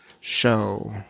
show